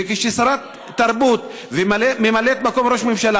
וכששרת תרבות וממלאת מקום ראש הממשלה